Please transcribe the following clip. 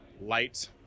light